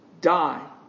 die